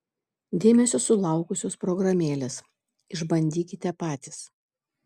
dėmesio sulaukusios programėlės išbandykite patys